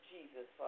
Jesus